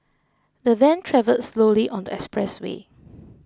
the van travelled slowly on the expressway